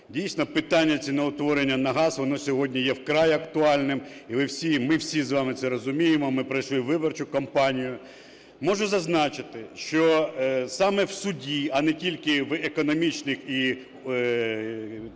Дійсно, питання ціноутворення на газ, воно сьогодні є вкрай актуальним, і ви всі, і ми всі з вами це розуміємо, ми пройшли виборчу кампанію. Можу зазначити, що саме в суді, а не тільки в економічних і екранних